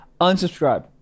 unsubscribe